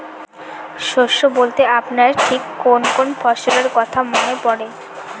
শস্য বলতে আপনার ঠিক কোন কোন ফসলের কথা মনে পড়ে?